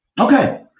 Okay